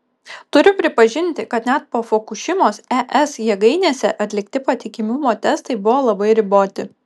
turiu pripažinti kad net po fukušimos es jėgainėse atlikti patikimumo testai buvo labai riboti